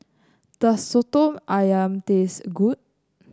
does soto ayam taste good